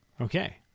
Okay